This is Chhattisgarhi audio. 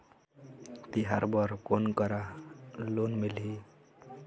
तिहार बर कोन करा लोन मिलही?